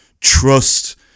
trust